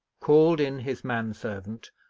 called in his man-servant,